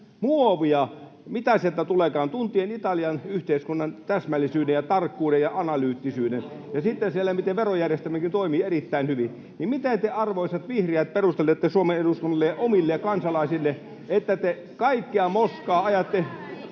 muovia — mitä sieltä tuleekaan, tuntien Italian yhteiskunnan täsmällisyyden, tarkkuuden ja analyyttisyyden. Siellä heidän verojärjestelmänsäkin toimii erittäin hyvin. Miten te, arvoisat vihreät, perustelette Suomen eduskunnalle ja omille kansalaisillenne, [Välihuutoja